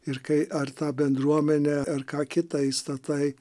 ir kai ar tą bendruomenę ar ką kitą įstatai